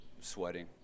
sweating